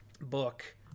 book